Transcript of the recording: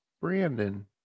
brandon